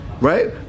right